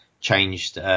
changed